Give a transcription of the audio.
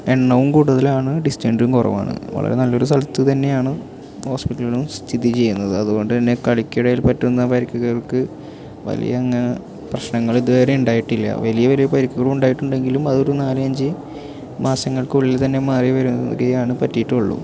എണ്ണവും കൂടുതലാണ് ഡിസ്റ്റൻറ്റും കുറവാണ് വളരെ നല്ലൊരു സ്ഥലത്ത് തന്നെയാണ് ഹോസ്പിറ്റലുകളും സ്ഥിതി ചെയ്യുന്നത് അതുകൊണ്ട് തന്നെ കളിക്കിടയിൽ പറ്റുന്ന പരിക്കുകൾക്ക് വലിയ അങ്ങ് പ്രശ്നങ്ങളിതുവരെ ഉണ്ടായിട്ടില്ല വലിയ ഒരു പരുക്കുകൾ ഉണ്ടായിട്ടുണ്ടെങ്കിലും അതൊരു നാല് അഞ്ച് മാസങ്ങൾക്കുള്ളിൽ തന്നെ മാറി വരുന്നതാണ് പറ്റീട്ടുള്ളു